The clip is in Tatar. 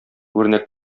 үрнәк